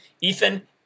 Ethan